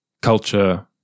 culture